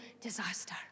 disaster